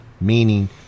meaning